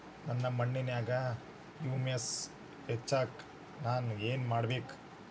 ನನ್ನ ಮಣ್ಣಿನ್ಯಾಗ್ ಹುಮ್ಯೂಸ್ ಹೆಚ್ಚಾಕ್ ನಾನ್ ಏನು ಮಾಡ್ಬೇಕ್?